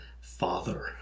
Father